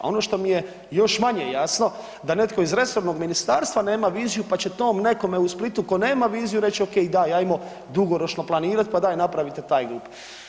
A ono što mi je još manje jasno da netko iz resornog ministarstva nema viziju, pa će tom nekome u Splitu ko nema viziju reć, okej, daj ajmo dugoročno planirat, pa daj napravite taj GUP.